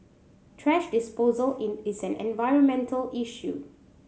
thrash disposal is an environmental issue